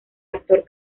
actor